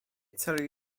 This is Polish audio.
celi